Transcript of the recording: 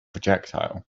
projectile